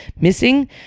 missing